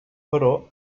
però